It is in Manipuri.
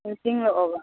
ꯅꯤꯡꯁꯤꯡꯂꯛꯑꯣꯕ